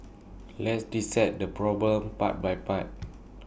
let's dissect the problem part by part